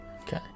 Okay